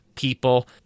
People